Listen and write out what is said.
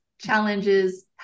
challenges